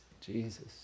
Jesus